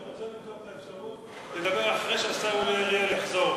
אני רוצה לבדוק את האפשרות לדבר אחרי שהשר אורי אריאל יחזור.